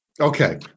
Okay